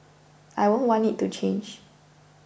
I won't want it to change